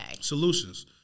Solutions